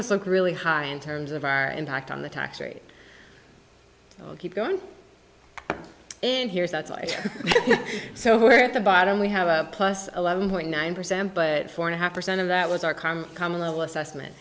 us look really high in terms of our impact on the tax rate keep going and here is that's right so we're at the bottom we have a plus eleven point nine percent but four and a half percent of that was our current common level assessment